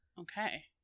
Okay